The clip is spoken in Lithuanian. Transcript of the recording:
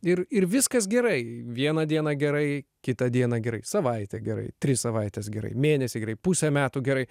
ir ir viskas gerai vieną dieną gerai kitą dieną gerai savaitę gerai tris savaites gerai mėnesį gerai pusę metų gerai